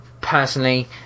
personally